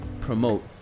promote